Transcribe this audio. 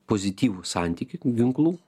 pozityvų santykį ginklų